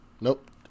Nope